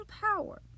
power